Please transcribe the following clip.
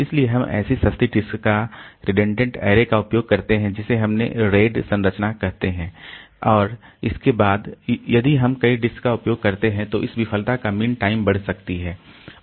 इसलिए हम ऐसी सस्ती डिस्क का रेडंडेंट ऐरे का उपयोग करते हैं जिसे हमने RAID संरचना कहते हैं और इसके बाद यदि हम कई डिस्क का उपयोग करते हैं तो इस विफलता का मीन टाइम बढ़ सकती है